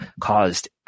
caused